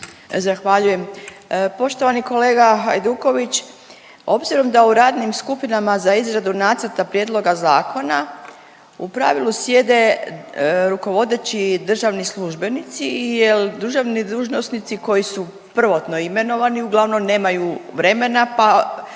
Zahvaljujem. Poštovani kolega Hajduković obzirom da u radnim skupinama za izradu nacrta prijedloga zakona u pravilu sjede rukovodeći državni službenici jel državni dužnosnici koji su prvotno imenovani uglavnom nemaju vremena pa